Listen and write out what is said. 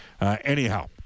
anyhow